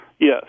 Yes